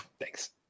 Thanks